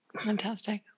Fantastic